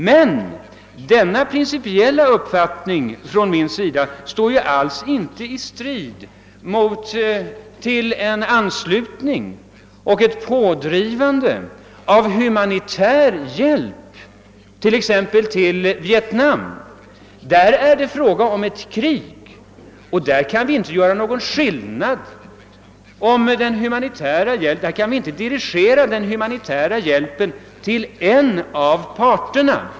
Men denna min principiella uppfattning står inte alls i strid med inställningen att vi bör driva på den humanitära hjälpen exempelvis till Vietnam. Där är det fråga om ett krig och där kan vi inte göra någon skillnad, inte dirigera den humanitära hjälpen till en av parterna.